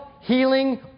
healing